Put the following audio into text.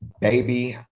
baby